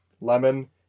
Lemon